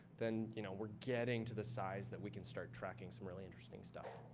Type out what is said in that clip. then you know we're getting to the size that we can start tracking some really interesting stuff.